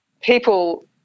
people